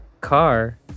car